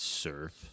surf